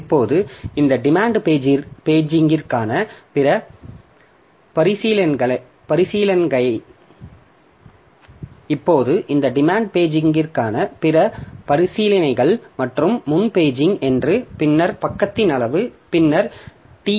இப்போது இந்த டிமாண்ட் பேஜிங்கிற்கான பிற பரிசீலனைகள் மற்றும் முன் பேஜிங் என்று பின்னர் பக்கத்தின் அளவு பின்னர் டி